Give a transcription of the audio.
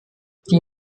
die